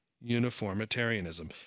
uniformitarianism